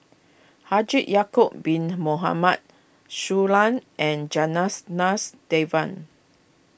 Haji Ya'Acob Bin Mohamed Shui Lan and Janas Nas Devan